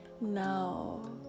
now